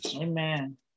Amen